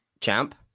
champ